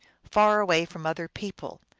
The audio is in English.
far away from other people.